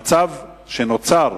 במצב שנוצר,